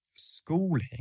Schooling